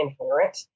inherent